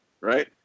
right